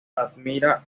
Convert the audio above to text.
admira